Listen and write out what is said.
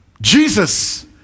Jesus